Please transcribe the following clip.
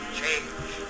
change